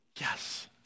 Yes